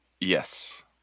Yes